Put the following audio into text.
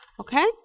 okay